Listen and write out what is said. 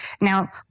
Now